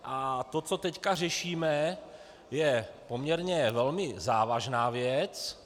A to, co teď řešíme, je poměrně velmi závažná věc.